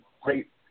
great